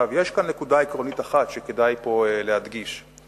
יש כאן נקודה עקרונית אחת שכדאי להדגיש פה.